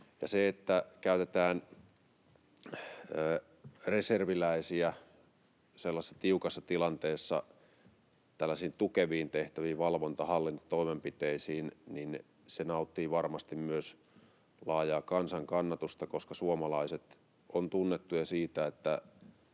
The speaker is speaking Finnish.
se, että käytetään reserviläisiä sellaisessa tiukassa tilanteessa tällaisiin tukeviin tehtäviin, valvonta‑ ja hallintotoimenpiteisiin, nauttii varmasti myös laajaa kansan kannatusta, koska suomalaiset ovat tunnettuja siitä,